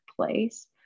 place